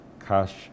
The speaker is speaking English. Cash